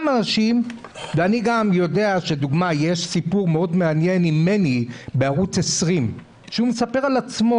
אני יודע שיש סיפור מעניין מאוד עם מני בערוץ 20 שהוא מספר על עצמו,